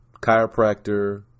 chiropractor